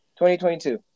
2022